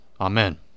Amen